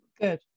Good